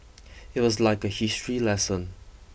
it was like a history lesson